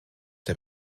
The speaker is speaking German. der